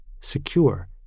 secure